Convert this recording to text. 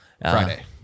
Friday